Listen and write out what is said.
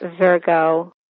Virgo